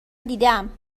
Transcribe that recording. دیدم